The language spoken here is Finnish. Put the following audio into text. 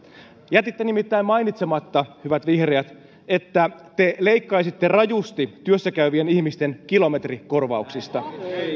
jätitte nimittäin mainitsematta hyvät vihreät että te leikkaisitte rajusti työssäkäyvien ihmisten kilometrikorvauksista